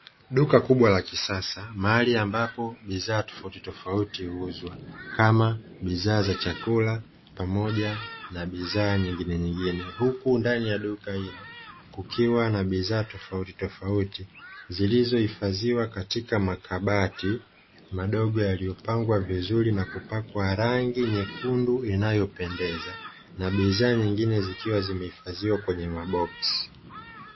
Duka kubwa la kisasa, mahali ambapo bidhaa tofautitofauti huuzwa kama bidhaa za chakula pamoja na bidhaa nyinginenyingine. Huku ndani ya duka ilo kukiwa na bidhaa tofautitofauti zilizohifadhiwa katika makabati madogo yaliyopangwa vizuri na kupakwa rangi nyekundu inayopendeza. Na bidhaa nyingine zikiwa zimehifadhiwa kwenye maboksi.